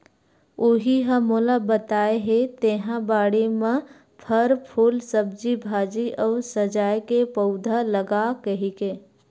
उहीं ह मोला बताय हे तेंहा बाड़ी म फर, फूल, सब्जी भाजी अउ सजाय के पउधा लगा कहिके